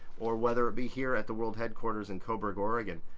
or whether it be here at the world headquarters in coburg, oregon.